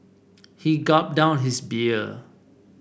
he gulped down his beer